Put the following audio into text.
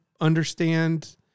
understand